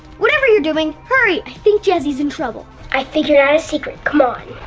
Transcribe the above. whatever you're doing hurry! i think jazzy's in trouble. i figured out a secret. come on!